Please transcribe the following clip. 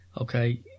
okay